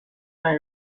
رنگ